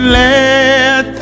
let